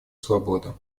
свободу